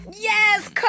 yes